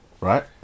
right